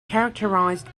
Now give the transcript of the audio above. characterized